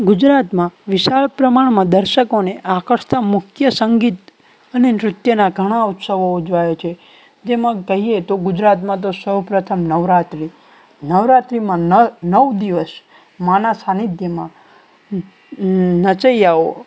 ગુજરાતમાં વિશાળ પ્રમાણમાં દર્શકોને આકર્ષતા મુખ્ય સંગીત અને નૃત્યના ઘણા ઉત્સવો ઉજવાય છે જેમાં કહીએ તો ગુજરાતમાં તો સૌપ્રથમ નવરાત્રિ નવરાત્રિમાં નવ દિવસ માના સાનિધ્યમાં નચૈયાઓ